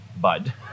bud